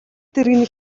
тэрэгний